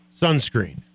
sunscreen